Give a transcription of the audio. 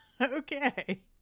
okay